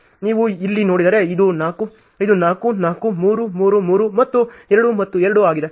ನೀವು ಇಲ್ಲಿ ನೋಡಿದರೆ ಇದು 4 ಇದು 4 4 3 3 3 ಮತ್ತು 2 ಮತ್ತು 2 ಆಗಿದೆ